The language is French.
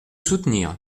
soutenir